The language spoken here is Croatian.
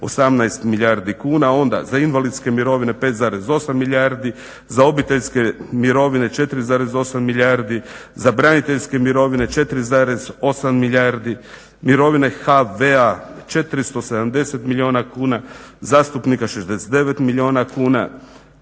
18 milijardi kuna, onda za invalidske mirovine 5,8 milijardi, za obiteljske mirovine 4,8 milijardi, za braniteljske mirovine 4,8 milijardi, mirovine HV-a 470 milijuna kuna, zastupnika 69 milijuna kuna